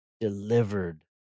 delivered